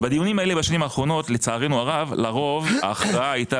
בדיונים האלה בשנים האחרונות לצערנו הרב לרוב ההכרעה הייתה